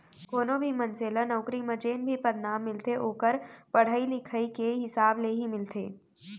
कोनो भी मनसे ल नउकरी म जेन भी पदनाम मिलथे ओखर पड़हई लिखई के हिसाब ले ही मिलथे